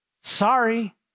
Sorry